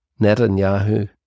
Netanyahu